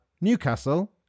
Newcastle